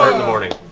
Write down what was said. in the morning.